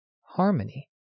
harmony